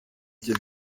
byo